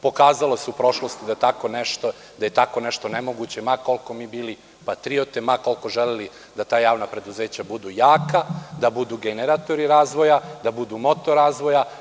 Pokazalo se u prošlosti da je tako nešto nemoguće, ma koliko mi bili patriote i ma koliko mi želeli da ta javna preduzeća budu jaka, da budu generatori razvoja, da budu moto razvoja.